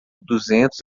duzentos